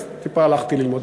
אז טיפה הלכתי ללמוד.